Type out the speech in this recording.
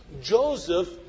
Joseph